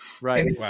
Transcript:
Right